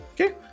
okay